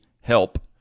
help